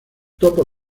topo